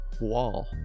wall